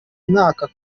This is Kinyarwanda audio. mwaka